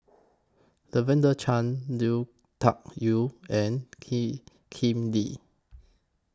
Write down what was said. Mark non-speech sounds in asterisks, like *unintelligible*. Lavender Chang Lui Tuck Yew and *unintelligible* Kip Lee